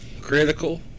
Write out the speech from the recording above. Critical